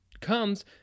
comes